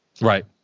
Right